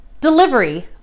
delivery